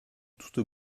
toute